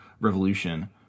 Revolution